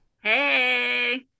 hey